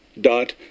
dot